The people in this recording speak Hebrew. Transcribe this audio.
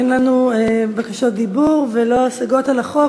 אין לנו בקשות דיבור ולא השגות על החוק